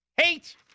hate